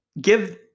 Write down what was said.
give